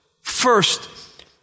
first